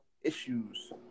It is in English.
issues